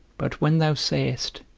but when thou sayest,